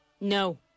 No